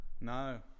no